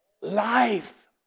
Life